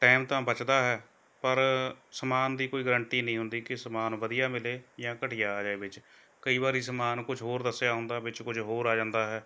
time ਤਾਂ ਬੱਚਦਾ ਹੈ ਪਰ ਸਮਾਨ ਦੀ ਕੋਈ ਗਰੰਟੀ ਨਹੀਂ ਹੁੰਦੀ ਕਿ ਸਮਾਨ ਵਧੀਆ ਮਿਲੇ ਜਾਂ ਘਟੀਆ ਆ ਜਾਏ ਵਿੱਚ ਕਈ ਵਾਰੀ ਸਮਾਨ ਕੁਝ ਹੋਰ ਦੱਸਿਆ ਹੁੰਦਾ ਵਿੱਚ ਕੁਝ ਹੋਰ ਆ ਜਾਂਦਾ ਹੈ